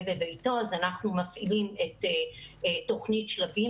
בביתו אז אנחנו מפעילים את תוכנית 'שלבים',